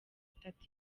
itatu